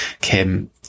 Kim